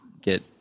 get